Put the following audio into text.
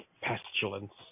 pestilence